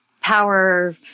power